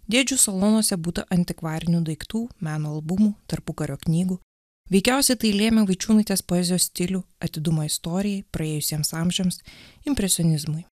dėdžių salonuose būtų antikvarinių daiktų meno albumų tarpukario knygų veikiausiai tai lėmė vaičiūnaitės poezijos stilių atidumą istorijai praėjusiems amžiams impresionizmui